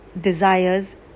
desires